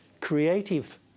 creative